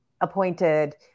appointed